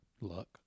Luck